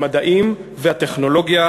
המדעים והטכנולוגיה.